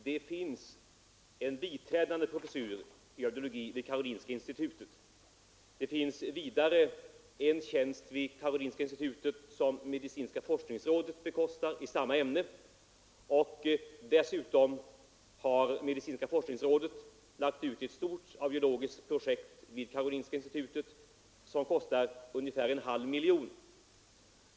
Herr talman! Får jag bara tillägga att det finns en biträdande professor i audiologi vid Karolinska institutet; det finns vidare en tjänst vid Karolinska institutet i samma ämne som medicinska forskningsrådet bekostar. Dessutom har medicinska forskningsrådet lagt ut ett stort audiologiskt projekt vid Karolinska institutet som kostar ungefär en halv miljon kronor.